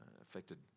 affected